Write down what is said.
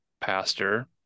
pastor